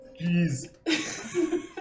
jeez